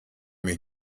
mich